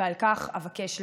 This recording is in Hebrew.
ועל כך אבקש להרחיב.